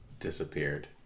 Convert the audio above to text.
disappeared